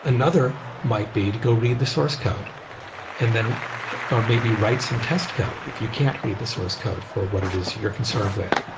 another might be to go read the source code and or maybe write some test code if you can't read the source code for what it is you're concerned with.